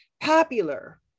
popular